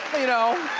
you know.